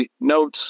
notes